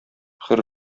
хөр